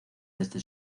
desde